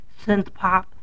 synthpop